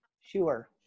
Sure